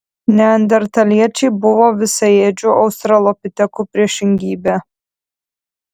neandertaliečiai buvo visaėdžių australopitekų priešingybė